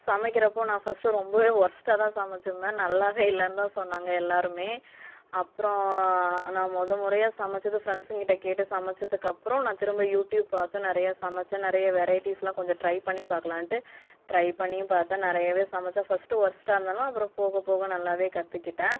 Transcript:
சமைக்கிறப்போ நான் ஃபஸ்ட் ரொம்பவே ஒர்ஸ்ட்டா தான் சமைச்சிருந்த நல்லாவே இல்லை தான் சொன்னாங்கள் எல்லாருமே அப்புறோம் நான் முத முறையா சமைச்சது ஃப்ரெண்ட்ஸ்ங்ககிட்ட கேட்டு சமைச்சதுக்கப்பறோம் நான் திரும்ப யூடியூப் பார்த்து நிறையா சமைச்சன் நிறையா வெரைட்டிஸ்லாம் கொஞ்சம் ட்ரை பண்ணி பார்க்லான்டு ட்ரை பண்ணியும் பாத்த நிறையவே சமைச்சன் ஃபஸ்ட்டு ஒஸ்ட்டாக இருந்தாலும் அப்புறோம் போக போக நல்லாவே கத்துக்கிட்டேன்